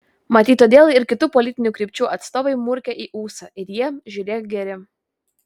matyt todėl ir kitų politinių krypčių atstovai murkia į ūsą ir jie žiūrėk geri